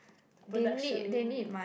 production